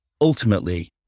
ultimately